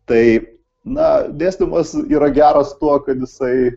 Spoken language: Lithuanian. tai na dėstymas yra geras tuo kad jisai